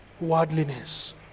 worldliness